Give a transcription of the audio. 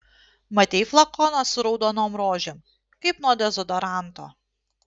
matei flakoną su raudonom rožėm kaip nuo dezodoranto